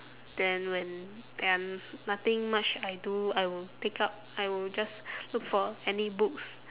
then when there are nothing much I do I will pick up I will just look for any books